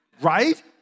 Right